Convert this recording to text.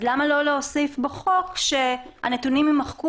אז למה לא להוסיף בחוק שהנתונים יימחקו